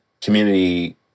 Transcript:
community